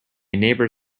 neighbour